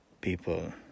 people